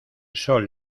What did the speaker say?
sol